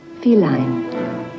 feline